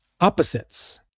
opposites